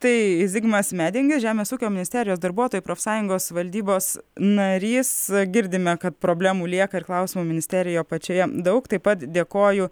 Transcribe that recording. tai zigmas medingis žemės ūkio ministerijos darbuotojų profsąjungos valdybos narys girdime kad problemų lieka ir klausimų ministerijoje pačioje daug taip pat dėkoju